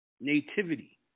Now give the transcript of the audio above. nativity